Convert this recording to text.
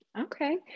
okay